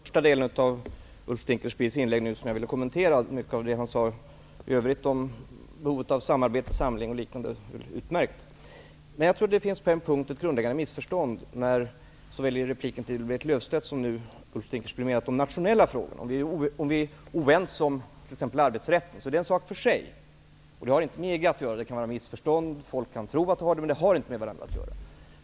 Herr talman! Jag vill kommentera den första delen av Ulf Dinkelspiels inlägg nyss. Mycket av det som han i övrigt sade om behovet av samarbete, samling osv. är utmärkt. Jag tror dock att det på en punkt finns ett grundläggande missförstånd. Ulf Dinkelspiel menar när det gäller de nationella frågorna -- det framgår såväl av hans replik till Berit Löfstedt som av inlägget nyss, att om vi är oense om t.ex. arbetsrätten är det en sak för sig, som inte har med EG att göra. Det kan handla om missförstånd. Folk kan tro att dessa saker har med varandra att göra, men det har de inte.